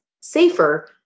safer